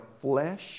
flesh